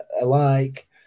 alike